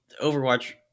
Overwatch